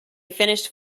finished